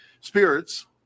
spirits